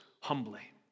humbly